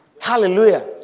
Hallelujah